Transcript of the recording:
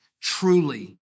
truly